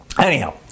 Anyhow